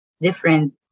different